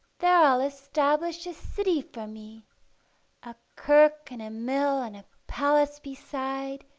there i'll establish a city for me a kirk and a mill and a palace beside,